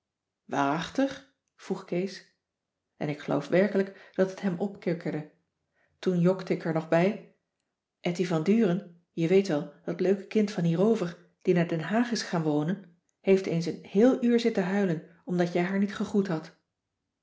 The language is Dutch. waarachtig vroeg kees en ik geloof werkelijk dat het hem opkikkerde toen jokte ik er nog bij etty van duren je weet wel dat leuke kind van hierover die naar den haag is gaan wonen heeft eens een heel uur zitten huilen omdat jij haar niet gegroet hadt